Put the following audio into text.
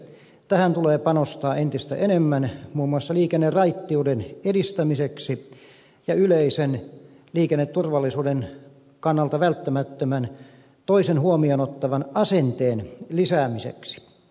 tähän tulee panostaa entistä enemmän muun muassa liikenneraittiuden edistämiseksi ja yleisen liikenneturvallisuuden kannalta välttämättömän toisen huomioon ottavan asenteen lisäämiseksi